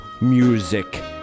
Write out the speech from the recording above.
music